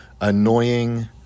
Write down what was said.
annoying